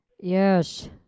Yes